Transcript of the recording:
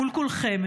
מול כולכם,